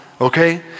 okay